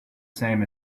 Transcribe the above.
same